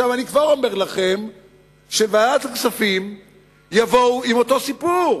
אני כבר אומר לכם שלוועדת הכספים יבואו עם אותו סיפור: